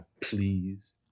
please